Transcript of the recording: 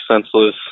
senseless